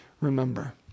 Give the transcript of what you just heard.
remember